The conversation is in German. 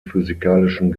physikalischen